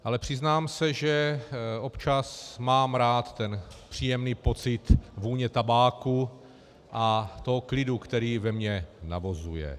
Ale přiznám se, že občas mám rád ten příjemný pocit vůně tabáku a toho klidu, který ve mně navozuje.